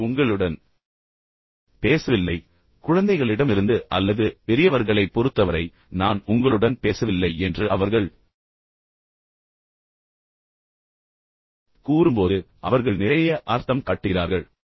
நான் உங்களுடன் பேசவில்லை குழந்தைகளிடமிருந்து அல்லது பெரியவர்களைப் பொறுத்தவரை நான் உங்களுடன் பேசவில்லை என்று அவர்கள் கூறும்போது அவர்கள் நிறைய அர்த்தம் காட்டுகிறார்கள்